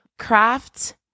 Craft